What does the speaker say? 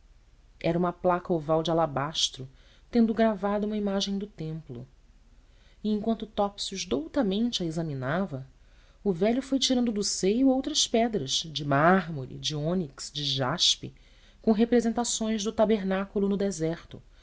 era uma placa oval de alabastro tendo gravada uma imagem do templo e enquanto topsius doutamente a examinava o velho foi tirando do seio outras pedras de mármore de ônix de jaspe com representações do tabernáculo no deserto